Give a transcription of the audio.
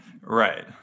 Right